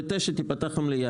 בשעה 09:00 תיפתח המליאה,